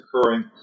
occurring